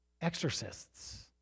exorcists